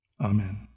Amen